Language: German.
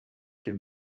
den